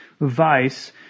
vice